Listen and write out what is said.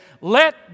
let